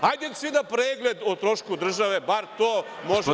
Hajde svi na pregled o trošku države, bar to možete.